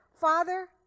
Father